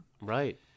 Right